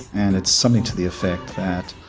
and it's something to the effect that